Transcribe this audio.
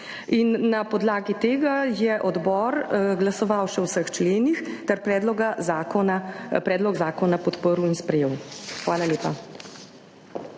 Na podlagi tega je odbor glasoval še o vseh členih ter predlog zakona podprl in sprejel. Hvala lepa.